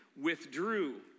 withdrew